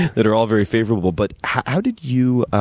that are all very favorable. but, how did you